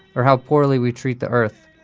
or how poorly we treat the earth.